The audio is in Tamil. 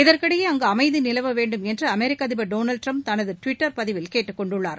இதற்கிடையே அங்கு அமைதி நிலவ வேண்டும் என்று அமெரிக்க அதிபர் திரு டெனால்டு டிரம்ப் தனது டுவிட்டர் பதிவில் கேட்டுக்கொண்டுள்ளார்